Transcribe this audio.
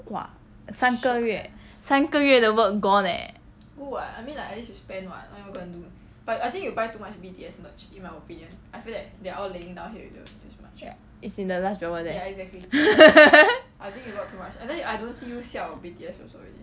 !wah! 三个月三个月的 work gone eh ya it's in the last drawer